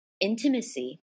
intimacy